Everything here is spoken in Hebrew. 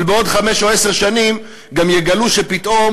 אבל בעוד חמש או עשר שנים גם יגלו שפתאום